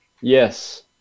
Yes